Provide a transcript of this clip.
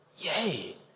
Yay